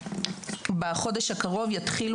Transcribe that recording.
בחודש הקרוב יתחיל